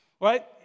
Right